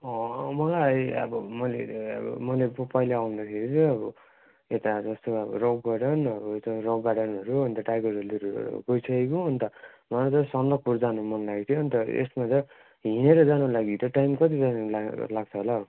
अँ मलाई अब मैले अब मैले पहिला आउँदाखेरि चाहिँ अब यता जस्तो अब रक गार्डनहरू यता रक गार्डनहरू अन्त टाइगर हिलहरू गइसकेको अन्त मलाई चाहिँ सन्दकपुर जानु मन लागेको थियो नि त यसमा जा हिँडेर जानु लागि त टाइम कति जस्तो लाग्छ होला हो